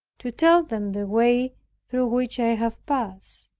to tell them the way through which i have passed.